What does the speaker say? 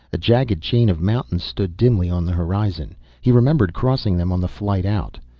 a jagged chain of mountains stood dimly on the horizon, he remembered crossing them on the flight out.